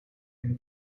and